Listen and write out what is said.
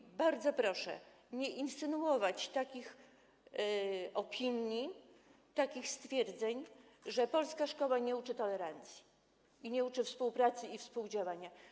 I bardzo proszę nie insynuować takich opinii, takich stwierdzeń, że polska szkoła nie uczy tolerancji, nie uczy współpracy ani współdziałania.